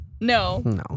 No